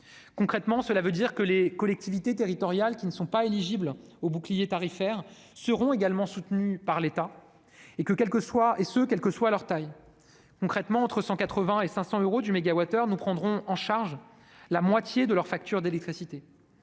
Concrètement, cela signifie que les collectivités territoriales qui ne sont pas éligibles au bouclier tarifaire seront également soutenues par l'État, et ce quelle que soit leur taille : pour un tarif entre 180 euros et 500 euros le mégawattheure, nous prendrons en charge la moitié de leur facture d'électricité.